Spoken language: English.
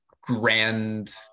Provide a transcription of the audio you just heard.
grand